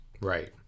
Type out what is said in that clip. Right